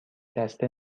دسته